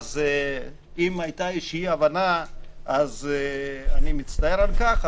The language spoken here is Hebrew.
אז אם הייתה איזושהי הבנה אני מצטער על כך,